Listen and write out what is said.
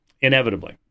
Inevitably